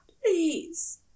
please